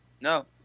No